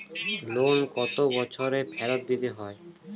Loan কত বছরে ফেরত দিতে হয়?